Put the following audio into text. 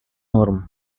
норм